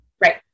Right